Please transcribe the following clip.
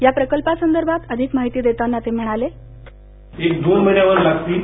या प्रकल्पासंदर्भात अधिक माहिती देताना ते म्हणाले दोन महिने लागतील